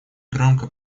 громко